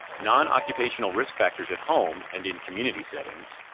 non-occupational risk factors at home and in community settings.